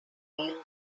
wheel